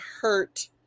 hurt